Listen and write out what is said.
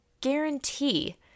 guarantee